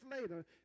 later